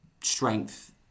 strength